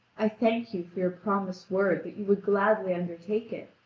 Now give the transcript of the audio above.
i thank you for your promised word that you would gladly undertake it,